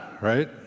right